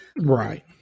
Right